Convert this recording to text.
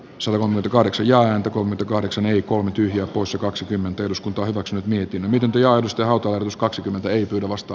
savelan kahdeksi ja häntä kun kahdeksan eli kolme tyhjää poissa kaksikymmentä eduskunta ovat nyt mietin miten työ omistautunut kaksikymmentä ei pyydä vasta